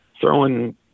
throwing